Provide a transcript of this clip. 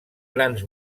grans